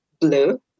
blue